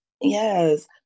yes